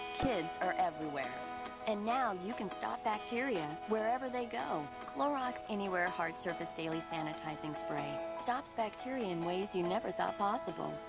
kids are everywhere and now um you can stop bacteria wherever they go clorox anywhere hard surface daily sanitizing spray stops bacteria in ways you never thought possible.